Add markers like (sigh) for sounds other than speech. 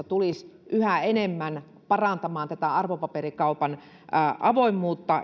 (unintelligible) tulisi tulevaisuudessa yhä enemmän parantamaan arvopaperikaupan avoimuutta